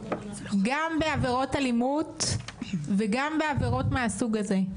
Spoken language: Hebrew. גם בעבירות אלימות וגם בעבירות מהסוג הזה,